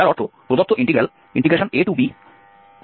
যার অর্থ প্রদত্ত ইন্টিগ্রাল abfdx